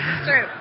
true